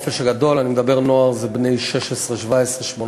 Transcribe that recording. בני 16, 17, 18,